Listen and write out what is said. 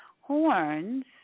horns